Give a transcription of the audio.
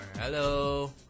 Hello